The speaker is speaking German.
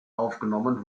aufgenommen